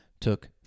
took